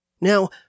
Now